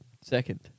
Second